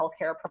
healthcare